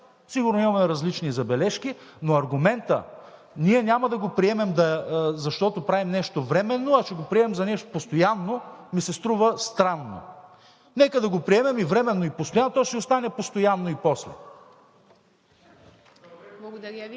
Сигурно имаме различни забележки, но аргументът, че ние няма да го приемем, защото правим нещо временно, а ще го приемем за нещо постоянно, ми се струва странно. Нека да го приемем и временно, и постоянно, то ще си остане постоянно и после.